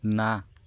ନା